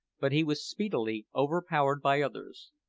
but he was speedily overpowered by others.